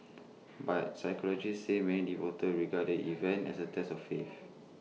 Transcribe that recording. but psychologists say many devotees regard the event as A test of faith